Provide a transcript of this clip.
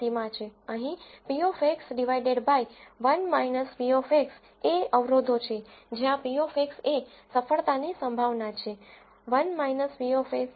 અહીં p 1 p એ oddsઓડસ છે જ્યાં p એ સફળતાની પ્રોબેબ્લીટી છે 1 p એ નિષ્ફળતાની પ્રોબેબ્લીટી છે